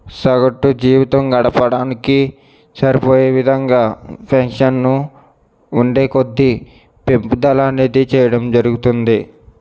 సగటు జీవితం గడపడానికి సరిపోయే విధంగా పెన్షన్ను ఉండే కొద్ది పెంపుదల అనేది చేయడం జరుగుతుంది